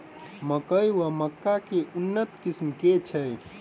मकई वा मक्का केँ उन्नत किसिम केँ छैय?